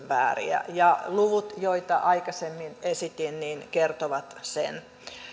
vääriä ja että luvut joita aikaisemmin esitin kertovat sen